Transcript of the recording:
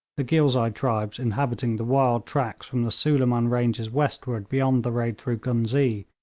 the ghilzai tribes inhabiting the wide tracts from the suliman ranges westward beyond the road through ghuznee,